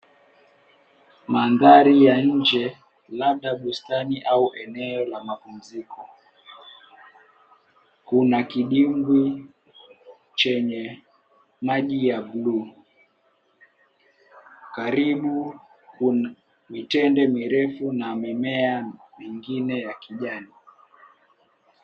mandhari ya nje labda bustani au eneo la mapumziko. Kuna kidimbwi chenye maji ya blue . Karibu kuna mitende mirefu na mimea mingine ya kijani.